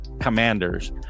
commanders